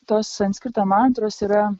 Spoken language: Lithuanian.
tos sanskrito mantros yra